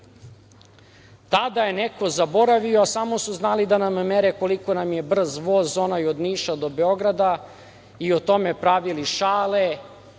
Tada je neko zaboravio, a samo su znali da nam mere koliko nam je brz voz, onaj od Niša do Beograda i o tome pravili šale